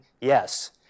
Yes